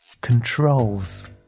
Controls